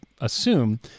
assume